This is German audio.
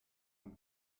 von